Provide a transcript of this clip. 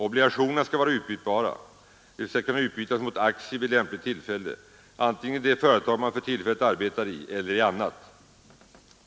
Obligationerna skall vara utbytbara, dvs. kunna utbytas mot aktier vid lämpligt tillfälle, antingen i det företag där man för tillfället arbetar eller i annat.